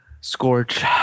Scorch